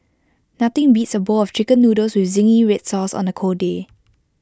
nothing beats A bowl of Chicken Noodles with Zingy Red Sauce on A cold day